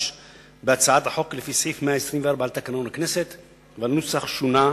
בהצעת החוק לפי סעיף 124 לתקנון הכנסת והנוסח שונה,